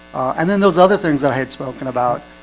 and then those other things that i had spoken about,